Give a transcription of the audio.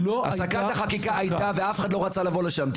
הייתה הפסקה חקיקה ואף אחד לא רצה לבוא לשם.